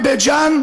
בבית ג'ן,